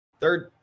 third